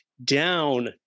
down